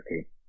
okay